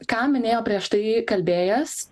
ką minėjo prieš tai kalbėjęs